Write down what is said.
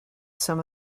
some